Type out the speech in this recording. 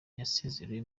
yasezerewe